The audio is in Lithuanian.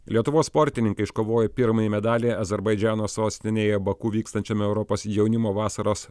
lietuvos sportininkai iškovojo pirmąjį medalį azerbaidžano sostinėje baku vykstančiame europos jaunimo vasaros